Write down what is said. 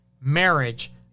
marriage